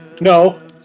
No